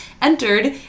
entered